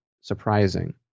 surprising